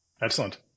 excellent